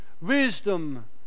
wisdom